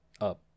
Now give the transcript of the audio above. up